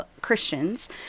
Christians